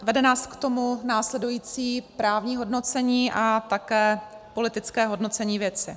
Vede nás k tomu následující právní hodnocení a také politické hodnocení věci.